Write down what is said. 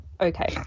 okay